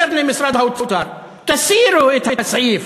אומר למשרד האוצר: תסירו את הסעיף